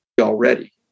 already